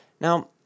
Now